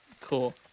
Cool